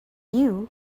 you